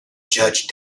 judge